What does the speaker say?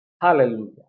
Hallelujah